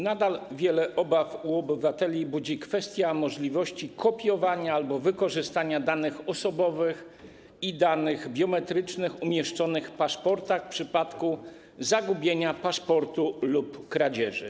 Nadal wiele obaw u obywateli budzi kwestia możliwości kopiowania albo wykorzystania danych osobowych i danych biometrycznych umieszczonych w paszportach w przypadku zagubienia lub kradzieży paszportu.